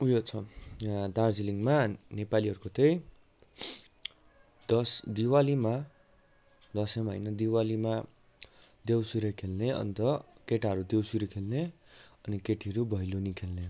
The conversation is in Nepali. उयो छ यहाँ दार्जिलिङमा नेपालीहरूको चाहिँ दस दिवालीमा दसैँमा होइन दिवालीमा देवसुरे खेल्ने अन्त केटाहरू देवसुरे खेल्ने अनि केटीहरू भैलिनी खेल्ने